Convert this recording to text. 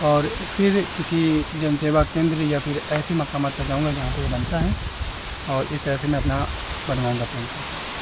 اور پھر کسی جن سیوا کیندر یا پھر ایسے مقامات پر جاؤں گا جہاں پہ یہ بنتا ہے اور اس طرح سے میں اپنا بنواؤں گا پین کارڈ